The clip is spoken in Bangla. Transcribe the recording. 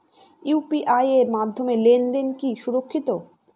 ইউ.পি.আই এর মাধ্যমে লেনদেন কি সুরক্ষিত?